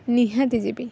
ନିହାତି ଯିବି